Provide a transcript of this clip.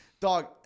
Dog